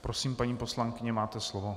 Prosím, paní poslankyně, máte slovo.